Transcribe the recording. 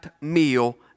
meal